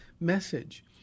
message